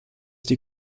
die